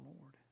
Lord